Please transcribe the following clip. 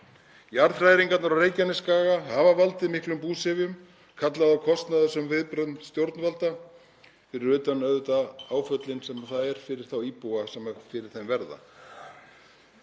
Jarðhræringarnar á Reykjanesskaga hafa valdið miklum búsifjum, kallað á kostnaðarsöm viðbrögð stjórnvalda, fyrir utan auðvitað áföllin sem þær eru fyrir þá íbúa sem fyrir þeim verða.